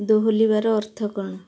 ଦୋହଲିବାର ଅର୍ଥ କ'ଣ